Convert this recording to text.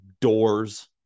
doors